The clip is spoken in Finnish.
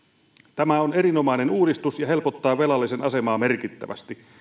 tämä on erinomainen uudistus ja helpottaa velallisen asemaa merkittävästi